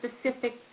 specific